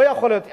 לא יכול להיות.